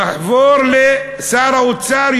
נעבור לשר האוצר,